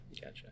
Gotcha